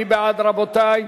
מי בעד, רבותי?